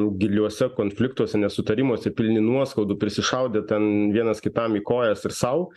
giliuose konfliktuose nesutarimuose pilni nuoskaudų prisišaudę ten vienas kitam į kojas ir sau